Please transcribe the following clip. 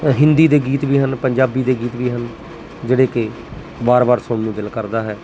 ਹਿੰਦੀ ਦੇ ਗੀਤ ਵੀ ਹਨ ਪੰਜਾਬੀ ਦੇ ਗੀਤ ਵੀ ਹਨ ਜਿਹੜੇ ਕਿ ਵਾਰ ਵਾਰ ਸੁਣਨ ਨੂੰ ਦਿਲ ਕਰਦਾ ਹੈ